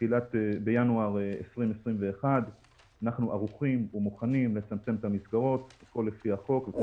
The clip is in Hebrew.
בינואר 2021 אנחנו ערוכים ומוכנים לצמצם את המסגרות לפי החוק.